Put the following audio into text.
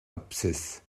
apsis